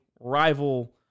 rival